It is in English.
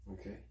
Okay